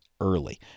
early